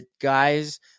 guys